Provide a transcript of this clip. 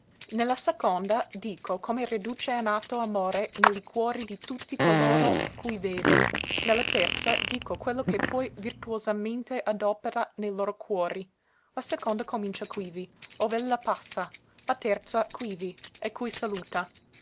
la seconda dico come reduce in atto amore ne li cuori di tutti coloro cui vede ne la terza dico quello che poi virtuosamente adopera ne loro cuori la seconda comincia quivi ov'ella passa la terza quivi e cui saluta